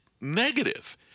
negative